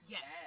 Yes